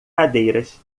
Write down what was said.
cadeiras